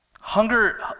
hunger